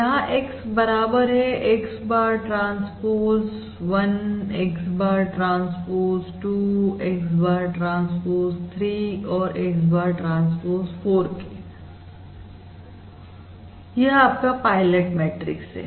यहां X बराबर है x bar transpose 1 x bar transpose 2 x bar transpose 3 और x bar ट्रांसपोज 4 के यह आपका पायलट मैट्रिक्स है